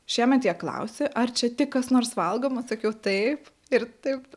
šiemet jie klausė ar čia tik kas nors valgoma sakiau taip ir taip